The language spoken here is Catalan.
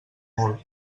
molt